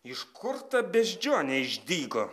iš kur ta beždžionė išdygo